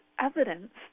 evidence